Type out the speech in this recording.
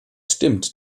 stimmt